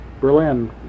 Berlin